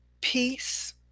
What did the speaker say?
peace